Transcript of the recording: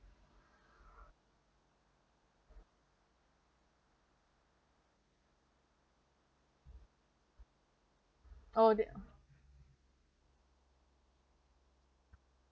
oh